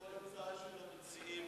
כל הצעה של המציעים